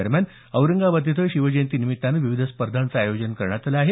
दरम्यान औरंगाबाद इथं शिवजयंतीनिमित्तानं विविध स्पर्धांचं आयोजन करण्यात आलं आहे